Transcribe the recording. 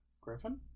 griffin